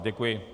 Děkuji.